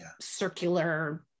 circular